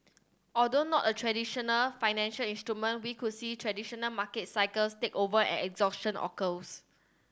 although not a traditional financial instrument we could see traditional market cycles take over and exhaustion occurs